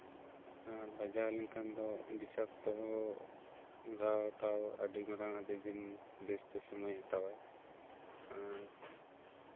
ᱵᱟᱡᱟᱣ ᱞᱮᱱᱠᱷᱟᱱ ᱫᱚ ᱵᱤᱥᱟᱠᱛᱚ ᱦᱚᱸ ᱜᱷᱟᱣ ᱴᱟᱣ ᱟᱹᱰᱤ ᱢᱟᱨᱟᱝ ᱟᱹᱰᱤ ᱫᱤᱱ ᱵᱮᱥᱛᱮ ᱥᱚᱢᱚᱭ ᱦᱟᱛᱟᱣ ᱟᱭ ᱟᱨ